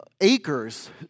acres